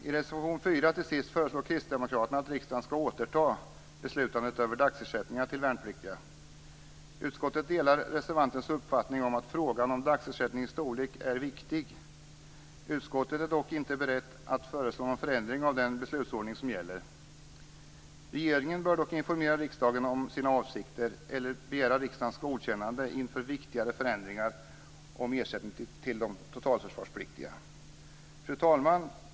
I reservation 4, till sist, föreslår kristdemokraterna att riksdagen ska återta beslutet om dagersättning till värnpliktiga. Utskottet delar reservantens uppfattning om att frågan om dagersättningens storlek är viktig. Utskottet är dock inte berett att föreslå någon förändring av den beslutsordning som gäller. Regeringen bör dock informera riksdagen om sina avsikter eller begära riksdagens godkännande inför viktiga förändringar om ersättningen till de totalförsvarspliktiga. Fru talman!